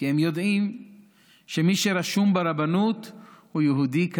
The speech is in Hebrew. כי הם יודעים שמי שרשום ברבנות הוא יהודי כהלכה.